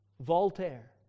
Voltaire